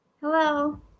Hello